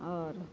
आओर